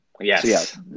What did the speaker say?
yes